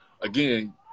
again